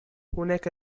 هناك